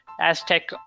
Aztec